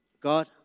God